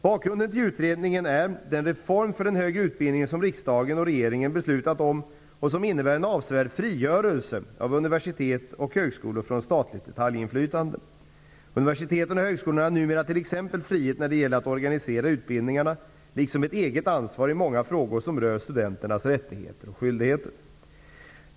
Bakgrunden till utredningen är den reform för den högre utbildningen som riksdagen och regeringen beslutat om och som innebär en avsevärd frigörelse av universitet och högskolor från statligt detaljinflytande. Universiteten och högskolorna har numera t.ex. frihet när det gäller att organisera utbildningarna, liksom ett eget ansvar i många frågor som rör studenternas rättigheter och skyldigheter.